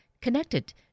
connected